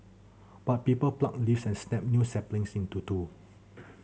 but people pluck leaves and snap new saplings into two